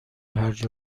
هرج